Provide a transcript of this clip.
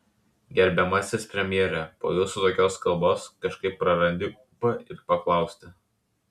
gerbiamasis premjere po jūsų tokios kalbos kažkaip prarandi ūpą ir paklausti